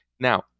Now